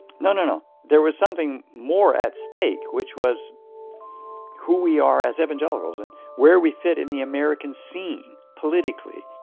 no, no, no. there was something more at stake, which was who we are as evangelicals and where we fit in the american scene politically